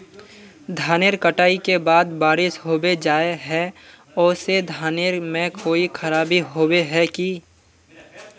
धानेर कटाई के बाद बारिश होबे जाए है ओ से धानेर में कोई खराबी होबे है की?